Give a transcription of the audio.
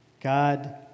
God